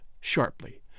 sharply